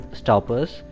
stoppers